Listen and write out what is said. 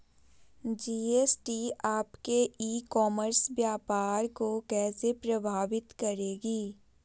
GST आपके e commerce व्यापार को कैसे प्रभावित करेगी?